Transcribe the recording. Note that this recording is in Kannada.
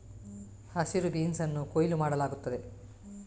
ಹಸಿರು ಬೀನ್ಸ್ ಅನ್ನು ಕೊಯ್ಲು ಮಾಡಲಾಗುತ್ತದೆ